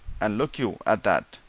and look you at that!